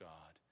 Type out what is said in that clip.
God